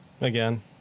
again